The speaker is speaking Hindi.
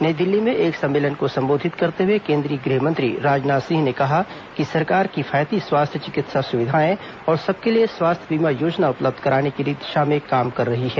नई दिल्ली में एक सम्मेलन को संबोधित करते हुए केंद्रीय गृहमंत्री राजनाथ सिंह ने कहा कि सरकार किफायती स्वास्थ्य चिकित्सा सुविधाएं और सबके लिए स्वास्थ्य बीमा योजना उपलब्ध कराने की दिशा में काम कर रही है